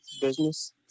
business